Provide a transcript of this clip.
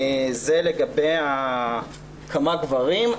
זה לגבי כמה גברים.